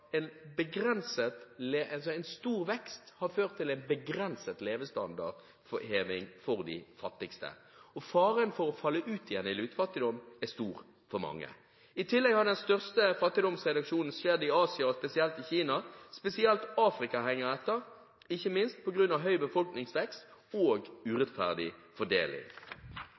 en begrenset levestandardheving for de fattigste, og faren for å falle ut igjen i «lutfattigdom» er stor for mange. I tillegg har den største fattigdomsreduksjonen skjedd i Asia, og spesielt i Kina. Spesielt Afrika henger etter – ikke minst på grunn av høy befolkningsvekst og urettferdig fordeling.